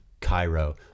cairo